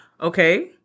Okay